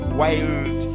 wild